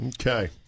Okay